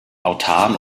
autan